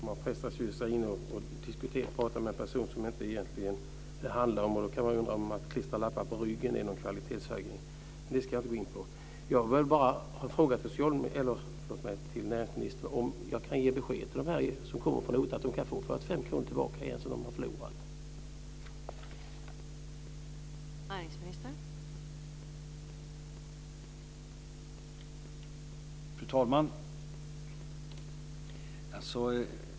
Fru talman! Man frestas ju inte att prata om en person som det egentligen inte handlar om, och sedan kan man undra om detta att klistra lappar på ryggen är någon kvalitetshöjning. Men det ska jag inte gå in på. Jag har bara en fråga till näringsministern: Kan jag ge beskedet till dem som kommer från OTA att de kan få de 45 kr som de har förlorat tillbaka igen?